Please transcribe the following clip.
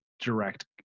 direct